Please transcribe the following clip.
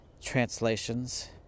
translations